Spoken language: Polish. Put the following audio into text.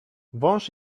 wąż